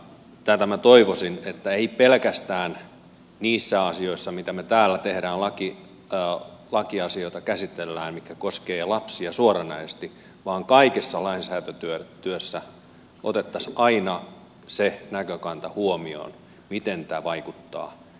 tätä minä toivoisin että ei pelkästään niissä asioissa mitä me täällä teemme käsittelemme lakiasioita mitkä koskevat lapsia suoranaisesti vaan kaikessa lainsäädäntötyössä otettaisiin aina se näkökanta huomioon miten tämä vaikuttaa yhteiskunnan lapsiin